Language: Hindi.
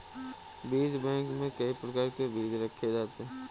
बीज बैंक में कई प्रकार के बीज रखे जाते हैं